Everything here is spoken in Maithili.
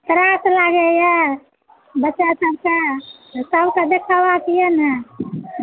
तरास लागैया बच्चा सबकऽ सब के देखेबाके अहि ने